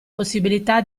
possibilità